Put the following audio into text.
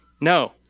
No